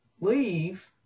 leave